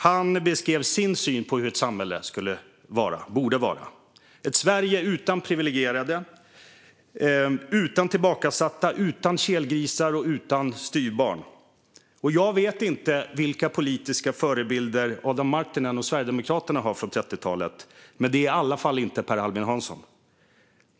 Han beskrev sin syn på hur ett samhälle borde vara - ett Sverige utan privilegierade, utan tillbakasatta, utan kelgrisar och utan styvbarn. Jag vet inte vilka politiska förebilder Adam Marttinen och Sverigedemokraterna har från 30-talet, med det är i alla fall inte Per Albin Hansson.